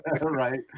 Right